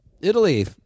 Italy